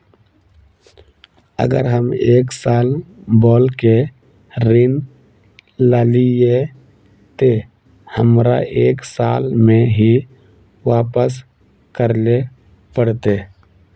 अगर हम एक साल बोल के ऋण लालिये ते हमरा एक साल में ही वापस करले पड़ते?